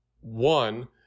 one